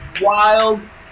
wild